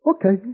Okay